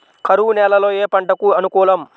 కరువు నేలలో ఏ పంటకు అనుకూలం?